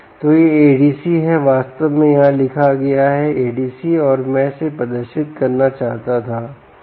तो यह ADC है वास्तव में यहां लिखा गया है ADC और मैं सिर्फ प्रदर्शित करना चाहता था